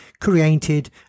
created